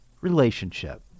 relationship